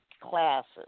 classes